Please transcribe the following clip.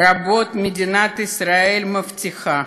רבות מדינת ישראל מבטיחה